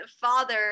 father